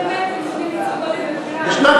בשנת